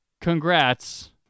Congrats